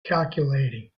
calculating